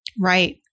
Right